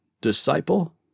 disciple